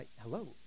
hello